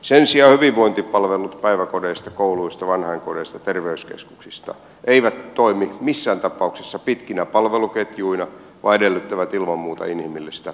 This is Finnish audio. sen sijaan hyvinvointipalvelut päiväkodeissa kouluissa vanhainkodeissa terveyskeskuksissa eivät toimi missään tapauksissa pitkinä palveluketjuina vaan edellyttävät ilman muuta inhimillistä otetta